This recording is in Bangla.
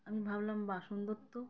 আমি ভাবলাম বাহ সুন্দরতো